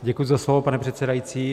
Děkuji za slovo, pane předsedající.